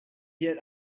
yet